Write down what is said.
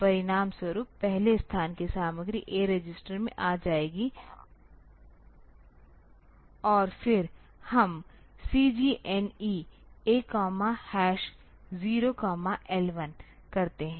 तो परिणामस्वरूप पहले स्थान की सामग्री A रजिस्टर में आ जाएगी और फिर हम CJNE A 0 L1 करते हैं